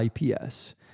ips